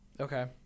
Okay